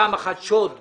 פעם אחת היה שוד בגמ"ח,